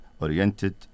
oriented